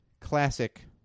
Classic